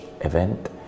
event